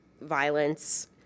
violence